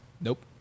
Nope